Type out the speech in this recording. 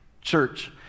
Church